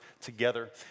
together